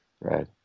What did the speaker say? right